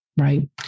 Right